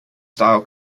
style